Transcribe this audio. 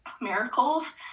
miracles